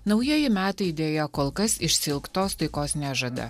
naujieji metai deja kol kas išsiilgtos taikos nežada